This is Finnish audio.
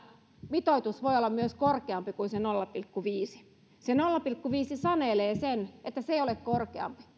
mitoitus voi olla myös korkeampi kuin se nolla pilkku viisi se nolla pilkku viisi sanelee sen että se ei ole korkeampi